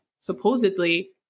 supposedly